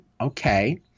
Okay